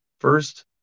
First